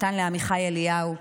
נתן לעמיחי אליהו,